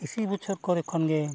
ᱤᱥᱤ ᱵᱚᱪᱷᱚᱨ ᱠᱚᱨᱮ ᱠᱷᱚᱱ ᱜᱮ